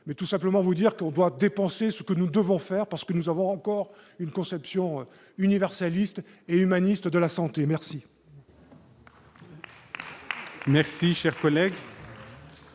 mais tout simplement vous dire qu'on doit dépenser ce que nous devons faire parce que nous avons encore une conception universaliste et humaniste de la santé merci.